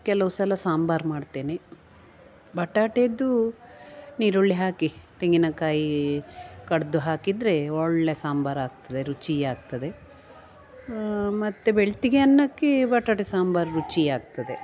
ಕೆಲವು ಸಲ ಸಾಂಬಾರು ಮಾಡ್ತೇನೆ ಬಟಾಟೆಯದು ನೀರುಳ್ಳಿ ಹಾಕಿ ತೆಂಗಿನಕಾಯಿ ಕಡೆದು ಹಾಕಿದರೆ ಒಳ್ಳೆಯ ಸಾಂಬಾರು ಆಗ್ತದೆ ರುಚಿ ಆಗ್ತದೆ ಮತ್ತು ಬೆಳ್ತಿಗೆ ಅನ್ನಕ್ಕೆ ಬಟಾಟೆ ಸಾಂಬಾರು ರುಚಿ ಆಗ್ತದೆ